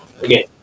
again